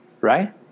right